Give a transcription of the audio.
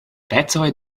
pecoj